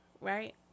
right